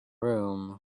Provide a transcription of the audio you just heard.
room